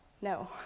No